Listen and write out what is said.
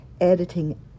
editing